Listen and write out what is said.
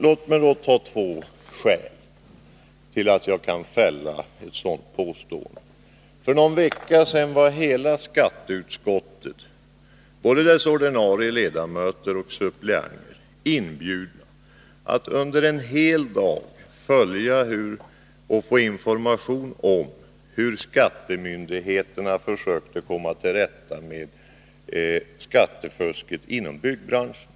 Låt mig då ange två skäl till att jag kan fälla ett sådant påstående. För någon vecka sedan var hela skatteutskottet, både dess ordinarie ledamöter och dess suppleanter, inbjudna att under en hel dag få information om hur skattemyndigheterna försöker komma till rätta med skattefusket inom byggbranschen.